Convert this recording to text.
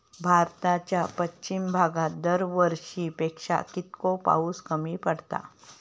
भारताच्या पश्चिम भागात दरवर्षी पेक्षा कीतको पाऊस कमी पडता?